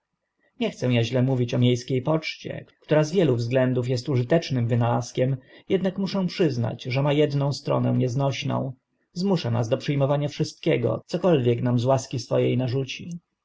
nie chcę a źle mówić o mie skie poczcie która z wielu względów est użytecznym wynalazkiem ednak muszę przyznać że ma edną stronę nieznośną zmusza nas do przy mowania wszystkiego cokolwiek nam z łaski swo e narzuci